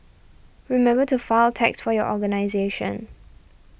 remember to file tax for your organisation